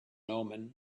omen